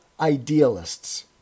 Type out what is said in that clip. idealists